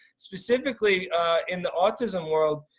specifically in the autism world.